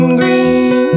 green